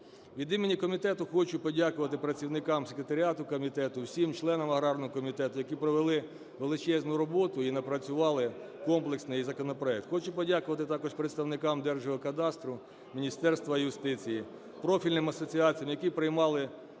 Від імені комітету хочу подякувати працівникам секретаріату комітету, всім членам аграрного комітету, які провели величезну роботу і напрацювали комплексний законопроект. Хочу подякувати також представникам Держгеокадастру, Міністерству юстиції, профільним асоціаціям, які приймали дуже